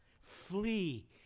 Flee